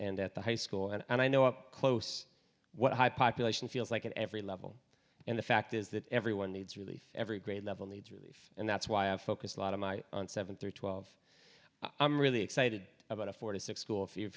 and at the high school and i know up close what high population feels like at every level and the fact is that everyone needs relief every grade level needs relief and that's why i've focused a lot of my on seven through twelve i'm really excited about a four to six school